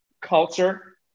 culture